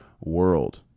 world